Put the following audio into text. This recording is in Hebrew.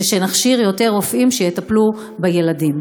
ונכשיר יותר רופאים שיטפלו בילדים.